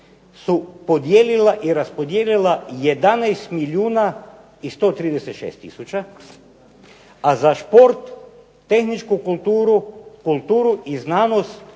su podijelila i raspodijelila 11 milijuna i 136000, a za šport, tehničku kulturu, kulturu i znanost